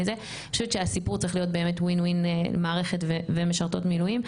אני חושבת שהסיפור צריך להיות WIN-WIN מערכת ומשרתות מילואים,